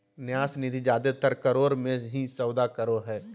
न्यास निधि जादेतर करोड़ मे ही सौदा करो हय